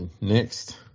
Next